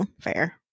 Fair